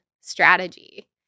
strategy